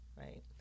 right